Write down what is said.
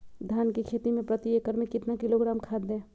धान की खेती में प्रति एकड़ में कितना किलोग्राम खाद दे?